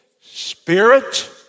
spirit